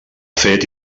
fet